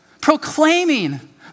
Proclaiming